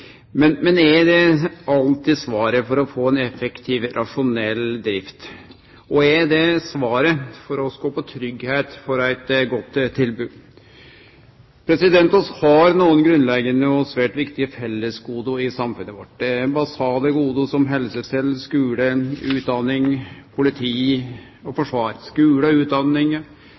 Men er det alltid svaret for å få ei effektiv og rasjonell drift? Er det svaret for å skape tryggleik for eit godt tilbod? Vi har nokre grunnleggjande og svært viktige fellesgode i samfunnet vårt. Det er basale gode som helsestell, skule, utdanning, politi og forsvar